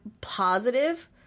positive